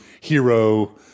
hero